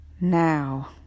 Now